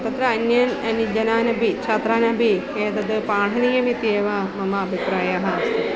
तत्र अन्यान् अपि जनानपि छात्रानपि एतद् पाठनीयमित्येव मम अभिप्रायः अस्ति